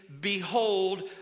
Behold